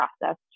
processed